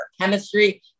chemistry